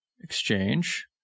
Exchange